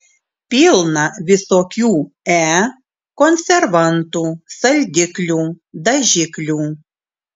pilna visokių e konservantų saldiklių dažiklių